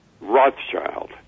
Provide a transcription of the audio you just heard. Rothschild